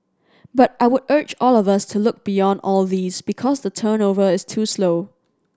but I would urge all of us to look beyond all these because the turnover is too slow